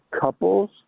couples